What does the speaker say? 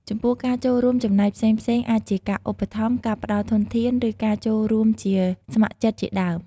ចំពោះ ការចូលរួមចំណែកផ្សេងៗ អាចជាការឧបត្ថម្ភ ការផ្តល់ធនធាន ឬការចូលរួមជាស្ម័គ្រចិត្តជាដើម។